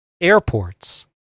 airports